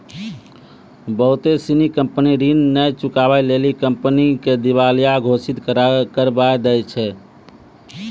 बहुते सिनी कंपनी ऋण नै चुकाबै लेली कंपनी के दिबालिया घोषित करबाय दै छै